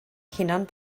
hunan